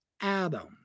Adam